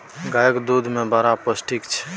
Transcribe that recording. गाएक दुध मे बड़ पौष्टिक छै